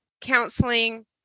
counseling